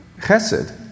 chesed